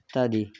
ইত্যাদি